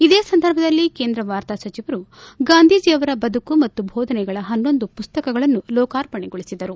ಇದೇ ಸಂದರ್ಭದಲ್ಲಿ ಕೇಂದ್ರ ವಾರ್ತಾ ಸಚಿವರು ಗಾಂಧೀಜಿಯವರ ಬದುಕು ಮತ್ತು ಬೋಧನೆಗಳ ಹನ್ನೊಂದು ಪುಸ್ತಕಗಳನ್ನು ಲೋಕಾರ್ಪಣೆಗೊಳಿಸಿದರು